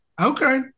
Okay